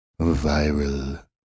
viral